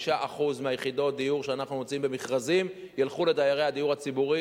5% מיחידות הדיור שאנחנו מוציאים במכרזים ילכו לדיירי הדיור הציבורי.